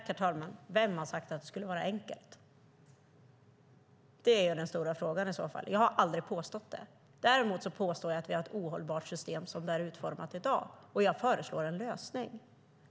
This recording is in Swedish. Herr talman! Vem har sagt att det skulle vara enkelt? Det är den stora frågan, i så fall. Jag har aldrig påstått det. Däremot påstår jag att vi har ett ohållbart system som det är utformat i dag, och jag föreslår en lösning.